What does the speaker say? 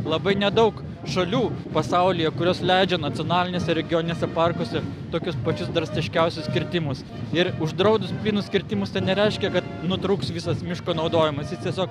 labai nedaug šalių pasaulyje kurios leidžia nacionaliniuose regioniniuose parkuose tokius pačius drastiškiausius kirtimus ir uždraudus plynus kirtimus tai nereiškia kad nutrūks visas miško naudojimas jis tiesiog